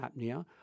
apnea